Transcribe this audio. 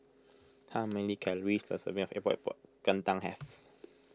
how many calories does a serving of Epok Epok Kentang have